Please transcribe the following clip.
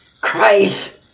Christ